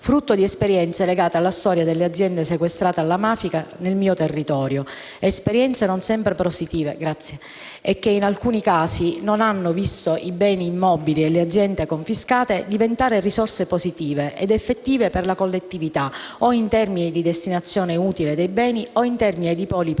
frutto di esperienze legate alla storia delle aziende sequestrate alla mafia nel mio territorio, esperienze non sempre positive e che in alcuni casi non hanno visto i beni immobili e le aziende confiscate diventare risorse positive ed effettive per la collettività, o in termini di destinazione utile dei beni o in termini di poli produttivi